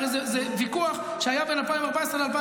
הרי זה ויכוח שהיה בין 2014 ל-2019,